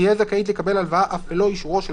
תהיה זכאית לקבל הלוואה אף ללא אישורו של